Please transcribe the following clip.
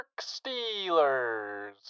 Steelers